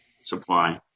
supply